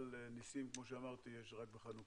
אבל ניסים, כמו שאמרתי, יש רק בחנוכה,